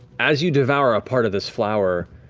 as you devour a part of this flower,